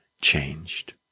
changed